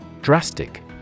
Drastic